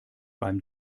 beim